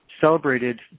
celebrated